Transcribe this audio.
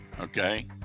Okay